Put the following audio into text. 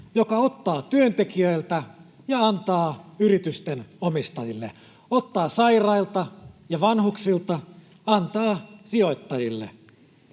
joka ottaa työntekijöiltä ja antaa yritysten omistajille, ottaa sairailta ja vanhuksilta, antaa sijoittajille,